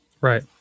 Right